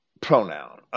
pronoun